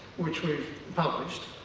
which we've published,